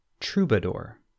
Troubadour